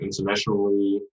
internationally